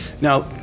Now